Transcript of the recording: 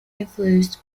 influenced